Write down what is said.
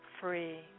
free